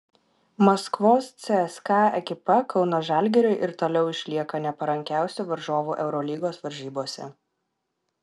maskvos cska ekipa kauno žalgiriui ir toliau išlieka neparankiausiu varžovu eurolygos varžybose